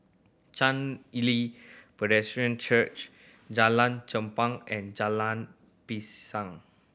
Chen Li Presbyterian Church Jalan Chempah and Jalan Pisang